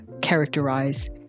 characterize